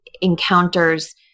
encounters